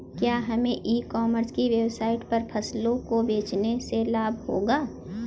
क्या हमें e commerce की वेबसाइट पर फसलों को बेचने से लाभ होगा?